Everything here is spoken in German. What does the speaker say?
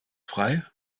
frei